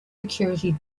security